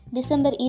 December